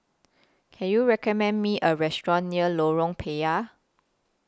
Can YOU recommend Me A Restaurant near Lorong Payah